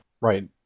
Right